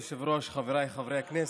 חבריי חברי הכנסת,